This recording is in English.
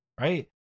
right